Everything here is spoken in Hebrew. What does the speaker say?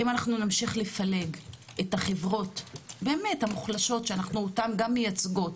אם אנחנו נמשיך לפלג את החברות המוחלשות שאנחנו אותן גם מייצגות,